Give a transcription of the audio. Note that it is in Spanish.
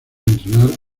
entrenar